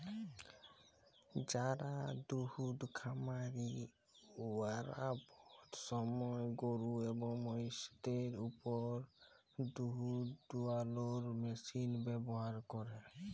যারা দুহুদ খামারি উয়ারা বহুত সময় গরু এবং মহিষদের উপর দুহুদ দুয়ালোর মেশিল ব্যাভার ক্যরে